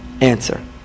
answer